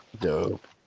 Dope